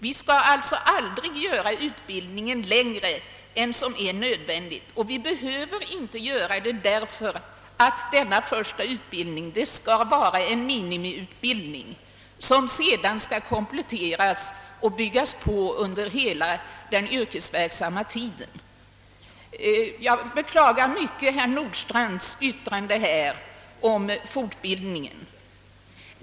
Vi skall alltså aldrig göra utbildningstiden längre än som är nödvändigt, och vi behöver inte göra detta. Den första utbildningen skall nämligen vara en minimiutbildning som sedan skall kompletteras och byggas på under hela den yrkesverksamma tiden. Jag beklagar mycket herr Nordstrandhs yttrande om fortbildningen.